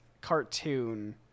cartoon